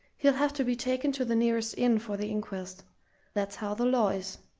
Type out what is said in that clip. he'll have to be taken to the nearest inn for the inquest that's how the law is.